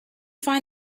find